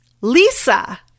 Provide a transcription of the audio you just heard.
Lisa